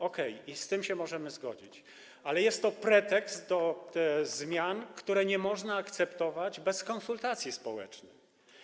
Okej, z tym się możemy zgodzić, ale jest to pretekst do zmian, których nie można akceptować bez konsultacji społecznej.